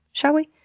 shall we?